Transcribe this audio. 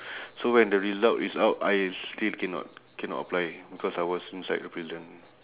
so when the result is out I still cannot cannot apply because I was inside the prison